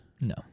No